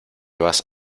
vas